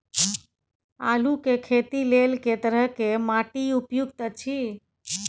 आलू के खेती लेल के तरह के माटी उपयुक्त अछि?